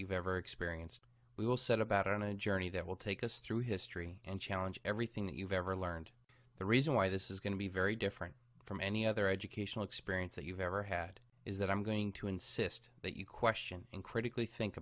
you've ever experienced we will set about on a journey that will take us through history and challenge everything that you've ever learned the reason why this is going to be very different from any other educational experience that you've ever had is that i'm going to insist that you question and critically think